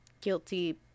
guilty